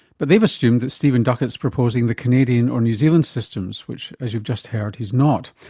but they've assumed that stephen duckett's proposing the canadian or new zealand systems which, as you've just heard, he's not.